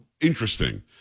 interesting